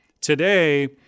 Today